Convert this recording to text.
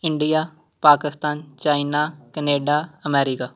India Pakistan China Canada America